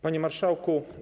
Panie Marszałku!